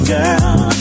girl